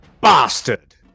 bastard